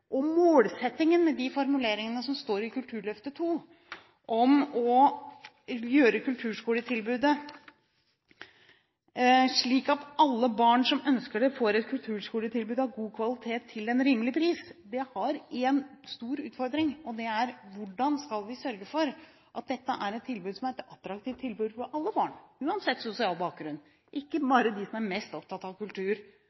kultur. Målsettingen med de formuleringene som står i Kulturløftet II om å gjøre kulturskoletilbudet slik at alle barn som ønsker det, får et kulturskoletilbud av god kvalitet til en rimelig pris, har én stor utfordring. Og det er: Hvordan skal vi sørge for at dette blir et attraktivt tilbud for alle barn, uansett sosial bakgrunn – ikke